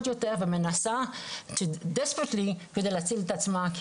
יותר ומנסה בנואשות להציל את עצמה,